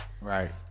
right